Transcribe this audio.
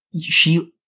She-